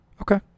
okay